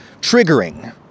triggering